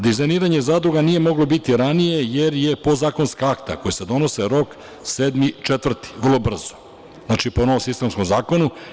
Dizajniranje zadruga nije moglo biti ranije, jer je za podzakonska akta koja se donose rok 7. april, vrlo brzo, znači, po novom sistemskom zakonu.